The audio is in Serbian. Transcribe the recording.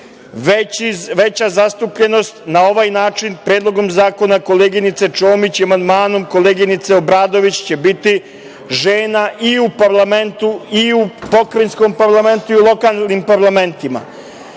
veća zastupljenost na ovaj način Predlogom zakona koleginice Čomić i amandmanom koleginice Obradović će biti žena i u parlamentu i u pokrajinskom parlamentu i u lokalnim parlamentima.